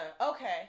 Okay